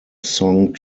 song